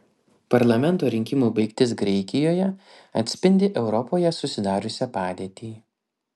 parlamento rinkimų baigtis graikijoje atspindi europoje susidariusią padėtį